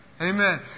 Amen